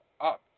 up